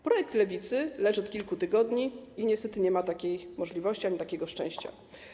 Projekt Lewicy leży od kilku tygodni i niestety nie ma takiej możliwości ani takiego szczęścia.